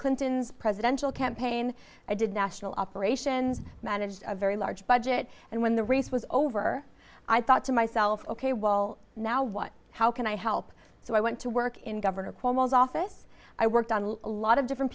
clinton's presidential campaign i did national operations managed a very large budget and when the race was over i thought to myself ok well now what how can i help so i went to work in governor cuomo office i worked on a lot of different